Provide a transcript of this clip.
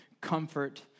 comfort